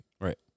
Right